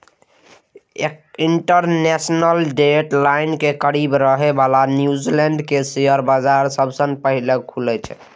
international date line के करीब रहै बला न्यूजीलैंड के शेयर बाजार सबसं पहिने खुलै छै